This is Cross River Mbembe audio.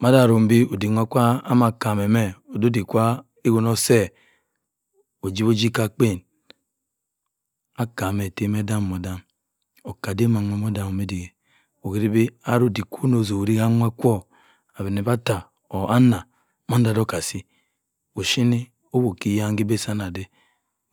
mara-rumbi odick-nwo kwa da-akam meh odiek kwa odiek no se ojip-ojip ka akpen. akam etem-odam-odam. okka dam wa nwo odagh 'm ndiek. okwuribi ase-odiek kwu nna oturi gu nwa kwa abenebe atta:ana! Man da oduk ka-asi ochine owop ke eyen si-ebi-si-nnada